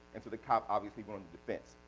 and so the cop obviously went on the defense.